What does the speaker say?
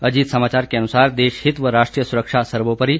अजीत समाचार के अनुसार देश हित व राष्ट्रीय सुरक्षा सर्वोपरि